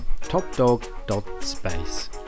topdog.space